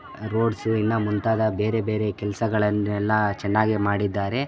roads ಇನ್ನೂ ಮುಂತಾದ ಬೇರೆ ಬೇರೆ ಕೆಲಸಗಳನ್ನೆಲ್ಲ ಚೆನ್ನಾಗೇ ಮಾಡಿದ್ದಾರೆ